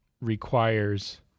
requires